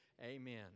Amen